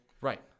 Right